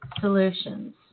solutions